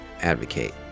advocate